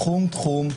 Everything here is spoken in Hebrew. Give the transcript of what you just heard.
תחום-תחום,